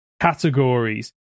categories